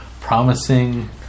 promising